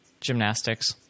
gymnastics